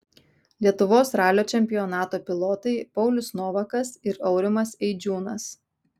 lietuvos ralio čempionato pilotai paulius novakas ir aurimas eidžiūnas